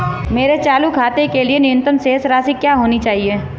मेरे चालू खाते के लिए न्यूनतम शेष राशि क्या होनी चाहिए?